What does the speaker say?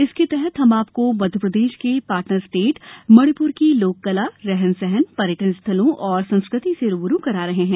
इसके तहत हम आपको मध्यप्रदेश के पार्टनर स्टेट मणिपुर की लोककला रहन सहन पर्यटन स्थलों और संस्कृति से रू ब रू करा रहे हैं